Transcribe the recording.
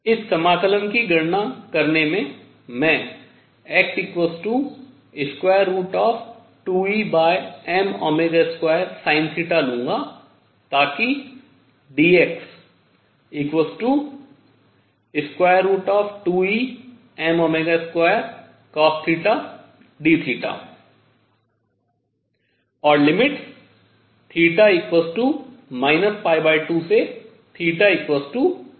इस समाकलन की गणना करने में मैं x 2Em2 sinθ लूंगा ताकि dx 2Em2 cosθ dθ और limits 2 से 2 है